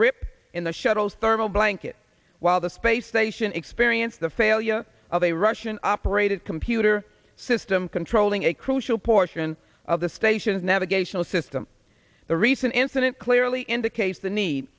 rip in the shuttle's thermal blanket while the space station experienced the failure of a russian operated computer system controlling a crucial portion of the station's navigational system the recent incident clearly indicates the need